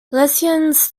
lesions